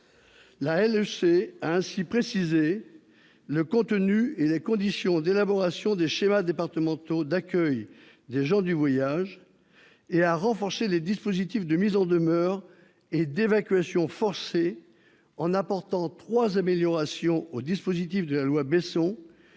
a ainsi précisé le contenu et les conditions d'élaboration des schémas départementaux d'accueil et d'habitat des gens du voyage, et a renforcé les dispositifs de mise en demeure et d'évacuation forcée en apportant trois améliorations au dispositif de la loi Besson,